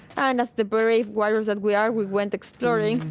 and as the brave warriors that we are, we went exploring.